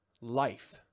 life